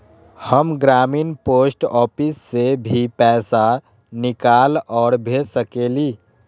हम ग्रामीण post office से भी पैसा निकाल और भेज सकेली?